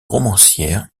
romancière